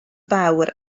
fawr